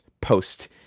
post